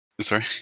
Sorry